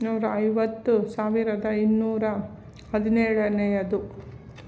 ನೂರ ಐವತ್ತು ಸಾವಿರದ ಇನ್ನೂರ ಹದಿನೇಳನೆಯದು